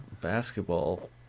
basketball